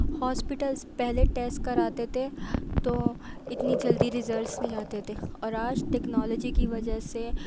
hospitals پہلے test کراتے تھے تو اتنی جلدی رزلٹس نہیں آتے تھے اور آج ٹیکنالوجی کی وجہ سے